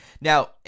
now